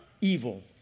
evil